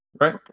right